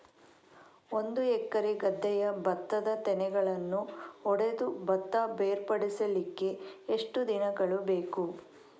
ಒಂದು ಎಕರೆ ಗದ್ದೆಯ ಭತ್ತದ ತೆನೆಗಳನ್ನು ಹೊಡೆದು ಭತ್ತ ಬೇರ್ಪಡಿಸಲಿಕ್ಕೆ ಎಷ್ಟು ದಿನಗಳು ಬೇಕು?